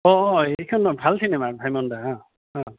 অঁ এইখন অঁ ভাল চিনেমা ভাইমন দা অঁ অঁ